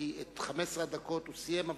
כי את 15 הדקות הוא סיים,